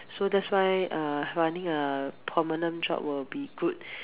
so that's why uh running a permanent job will be good